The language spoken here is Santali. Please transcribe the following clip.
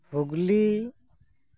ᱦᱩᱜᱽᱞᱤ